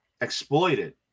exploited